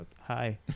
hi